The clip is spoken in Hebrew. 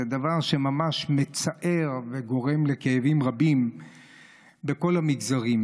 וזה דבר שממש מצער וגורם לכאבים רבים בכל המגזרים,